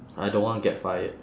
I don't want get fired